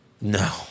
No